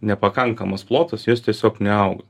nepakankamas plotas jos tiesiog neauga